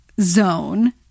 zone